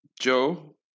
joe